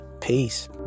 Peace